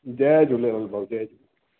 जय झूलेलाल भाऊ जय झूलेलाल